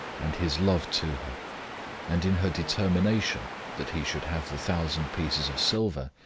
and his love to her and in her determination that he should have the thousand pieces of silver,